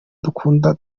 dukunda